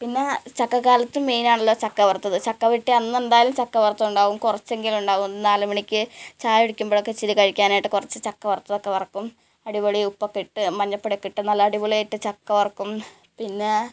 പിന്നെ ചക്കക്കാലത്ത് മെയിനാണല്ലോ ചക്ക വറുത്തത് ചക്ക വെട്ടി അന്നെന്തായാലും ചക്ക വർത്തഉണ്ടാവും കൊറച്ചെങ്കിലുണ്ടാവും നാല് മണിക്ക് ചായ കുടിക്കുമ്പോമ്പൊഴക്കെ ഇച്ചിരി കഴിക്കാനായിട്ട് കൊറച്ച് ചക്ക വർത്തതൊക്കെ വറക്കും അടിപൊളി ഉപ്പൊക്കെയിട്ട് മഞ്ഞപ്പൊടിയൊക്കെയിട്ട് നല്ലടിപൊളിയായിട്ട് ചക്ക വറക്കും പിന്നേ